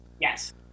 Yes